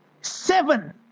seven